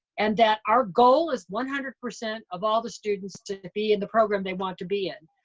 and that our goal is one hundred percent of all the students to to be in the program they want to be in.